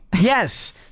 yes